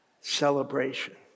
Celebration